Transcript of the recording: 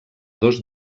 dos